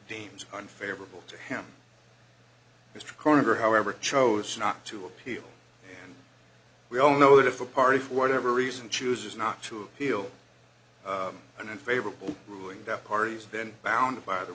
deems unfavorable to him mr carter however chose not to appeal and we all know that if a party for whatever reason chooses not to appeal and favorable ruling that parties then bound by the